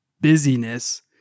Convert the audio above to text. busyness